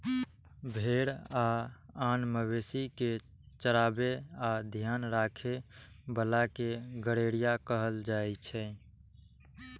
भेड़ आ आन मवेशी कें चराबै आ ध्यान राखै बला कें गड़ेरिया कहल जाइ छै